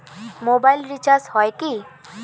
Mobile recharge হয় কি?